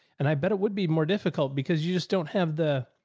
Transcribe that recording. and i bet it would be more difficult because you just don't have the,